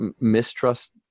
mistrust